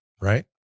right